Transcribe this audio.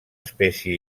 espècie